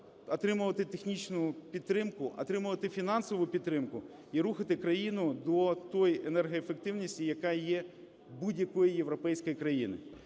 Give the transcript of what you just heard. отримувати технічну підтримку, отримувати фінансову підтримку і рухати країну до тої енергоефективності, яка є в будь-якій європейській країні.